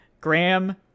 graham